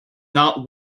not